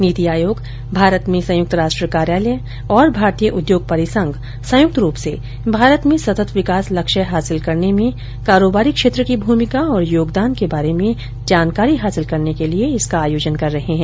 नीति आयोग भारत में संयुक्त राष्ट्र कार्यालय और भारतीय उद्योग परिसंघ संयुक्त रूप से भारत में सतत विकास लक्ष्य हासिल करने में कारोबारी क्षेत्र की भूमिका और योगदान के बारे में जानकारी हासिल करने के लिए इसका आयोजन कर रहे हैं